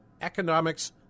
economics